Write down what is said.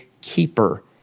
keeper